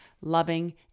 loving